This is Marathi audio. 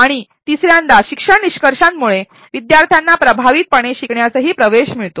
आणि तिसरे शिक्षण निष्कर्षांमुळे विद्यार्थ्यांना प्रभावीपणे शिकण्यासही प्रवेश मिळतो